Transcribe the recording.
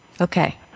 Okay